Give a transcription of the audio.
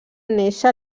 néixer